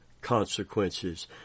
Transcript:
consequences